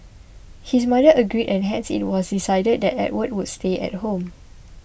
his mother agreed and hence it was decided that Edward would stay at home